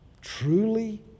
Truly